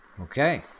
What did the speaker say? Okay